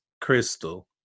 crystal